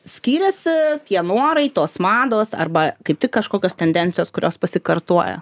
skyrėsi tie norai tos mados arba kaip tik kažkokios tendencijos kurios pasikartoja